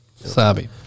Sabi